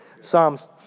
Psalms